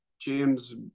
James